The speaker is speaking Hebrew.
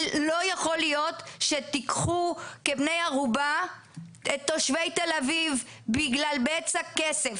אבל לא יכול להיות שתיקחו כבני ערובה את תושבי תל אביב בגלל בצע כסף.